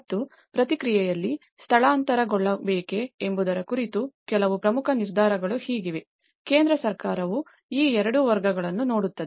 ಮತ್ತು ಪ್ರಕ್ರಿಯೆಯಲ್ಲಿ ಸ್ಥಳಾಂತರಗೊಳ್ಳಬೇಕೆ ಎಂಬುದರ ಕುರಿತು ಕೆಲವು ಪ್ರಮುಖ ನಿರ್ಧಾರಗಳು ಹೀಗಿವೆ ಕೇಂದ್ರ ಸರ್ಕಾರವು ಈ ಎರಡು ವರ್ಗಗಳನ್ನು ನೋಡುತ್ತದೆ